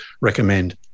recommend